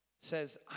says